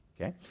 Okay